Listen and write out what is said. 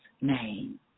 name